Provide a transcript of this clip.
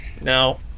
no